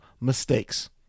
mistakes